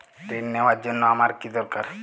ঋণ নেওয়ার জন্য আমার কী দরকার?